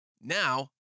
Now